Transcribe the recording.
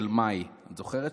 את זוכרת שהיית כותבת?